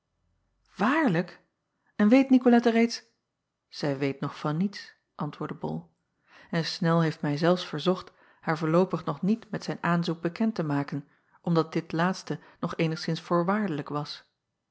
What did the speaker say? aarlijk n weet icolette reeds ij weet nog niets antwoordde ol en nel heeft mij zelfs verzocht haar voorloopig nog niet met zijn aanzoek bekend te maken omdat dit laatste nog eenigszins voorwaardelijk was